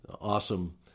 awesome